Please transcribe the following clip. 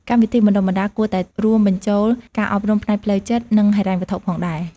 កម្មវិធីបណ្ដុះបណ្ដាលគួរតែរួមបញ្ចូលការអប់រំផ្នែកផ្លូវចិត្ត និងហិរញ្ញវត្ថុផងដែរ។